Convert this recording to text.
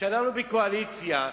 כשאנחנו בקואליציה,